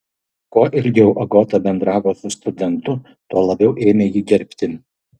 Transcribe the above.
kuo ilgiau agota bendravo su studentu tuo labiau ėmė jį gerbti